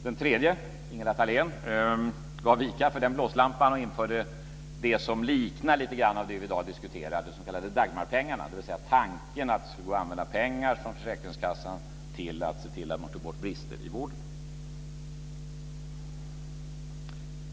Den tredje, Ingela Thalén, gav vika för den blåslampan och införde det som lite grann liknar det vi i dag diskuterar, de s.k. Dagmarpengarna, dvs. tanken att det skulle gå att använda pengar från försäkringskassan till att se till att ta bort brister i vården.